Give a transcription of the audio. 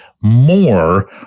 more